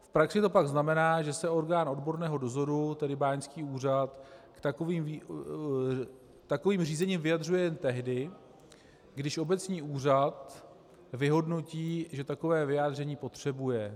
V praxi to pak znamená, že se orgán odborného dozoru, tedy báňský úřad, k takovým řízení vyjadřuje jen tehdy, když obecní úřad vyhodnotí, že takové vyjádření potřebuje.